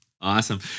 Awesome